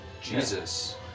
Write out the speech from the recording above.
Jesus